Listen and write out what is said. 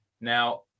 now